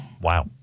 Wow